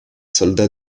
soldats